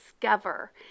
discover